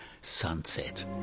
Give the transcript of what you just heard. Sunset